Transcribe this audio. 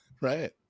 Right